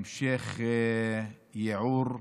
המשך ייעור,